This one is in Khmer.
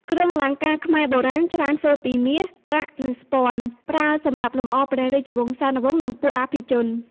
គ្រឿងអលង្ការខ្មែរបុរាណច្រើនធ្វើពីមាស ប្រាក់ និងស្ពាន់ ប្រើសម្រាប់លម្អព្រះរាជវង្សានុវង្ស និងពួកអភិជន។